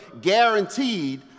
guaranteed